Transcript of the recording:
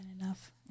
enough